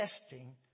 testing